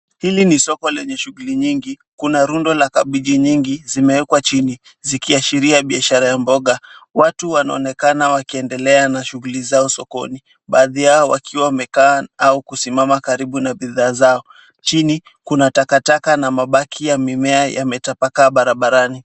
Hili ni soko lenye shughuli nyingi. Kuna rundo la kabiji nyingi zimewekwa chini, zikiashiria biashara ya mboga. Watu wanaonekana wakiendelea na shughuli zao sokoni, baadhi yao wakiwa wamekaa au kusimama karibu na bidhaa zao. Chini, kuna takataka na mabaki ya mimea yametapakaa barabarani.